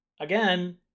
again